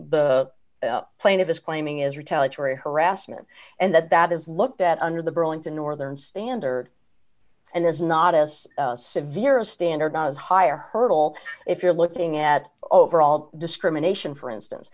the plaintiff is claiming is retaliatory harassment and that that is looked at under the burlington northern standard and is not as severe a standard as higher hurdle if you're looking at overall discrimination for instance